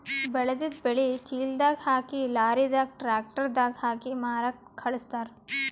ಬೆಳೆದಿದ್ದ್ ಬೆಳಿ ಚೀಲದಾಗ್ ಹಾಕಿ ಲಾರಿದಾಗ್ ಟ್ರ್ಯಾಕ್ಟರ್ ದಾಗ್ ಹಾಕಿ ಮಾರಕ್ಕ್ ಖಳಸ್ತಾರ್